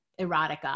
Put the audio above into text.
erotica